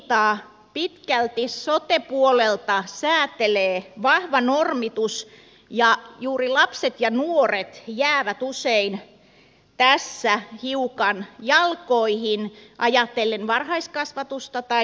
meillä kuntatoimintaa pitkälti sote puolelta säätelee vahva normitus ja juuri lapset ja nuoret jäävät usein tässä hiukan jalkoihin ajatellen varhaiskasvatusta tai perusopetusta